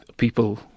People